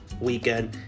weekend